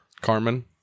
Carmen